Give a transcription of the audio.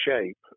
shape